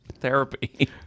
therapy